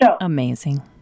Amazing